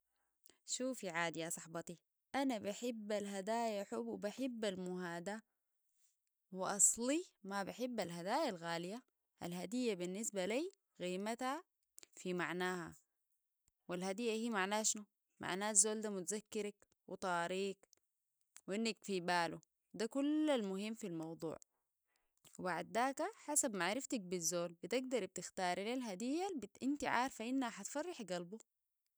شوفي عادي يا صاحبتي أنا بحب الهدايا حب و بحب المهادة وأصلي ما بحب الهدايا الغالية الهدية بالنسبة لي قيمتها في معناها والهدية هي معناها شنو؟ معناها الزول ده متذكرك وطاريك وإنك في باله ده كل المهم في الموضوع وبعد داك حسب معرفتك بالزول بتقدري بتختاري لي الهدية اللي انت عارفة إنها هتفرح قلبو